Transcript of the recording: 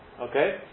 Okay